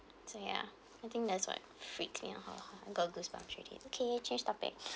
so ya I think that's what freaked me out I go goosebumps already okay change topic